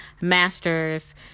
master's